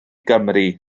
gymru